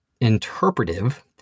interpretive